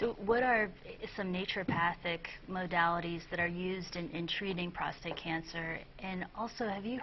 so what are some nature of mastic modalities that are used to treating prostate cancer and also have you